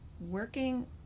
working